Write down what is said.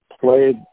played